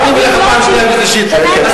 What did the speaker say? בוא אני אגיד לך משהו, לא,